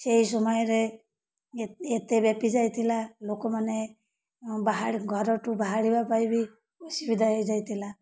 ସେଇ ସମୟରେ ଏତେ ବ୍ୟାପି ଯାଇଥିଲା ଲୋକମାନେ ବାହାର ଘରଠୁ ବାହାରିବା ପାଇଁ ବି ଅସୁବିଧା ହେଇଯାଇଥିଲା